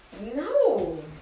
No